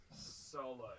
Solo